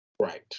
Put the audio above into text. Right